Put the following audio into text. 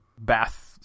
bath